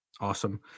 awesome